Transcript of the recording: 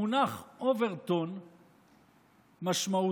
המונח overtone משמעותו: